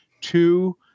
two